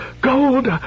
Gold